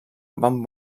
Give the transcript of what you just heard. van